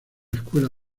escuela